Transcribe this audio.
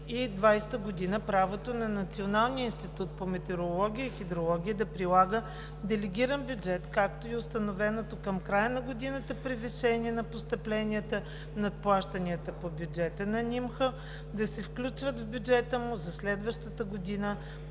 за 2020 г. правото на Националния институт по метеорология и хидрология да прилага делегиран бюджет, както и установеното към края на годината превишение на постъпленията на плащанията по бюджета на НИМХ да се включват в бюджета му за следващата година,